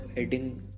adding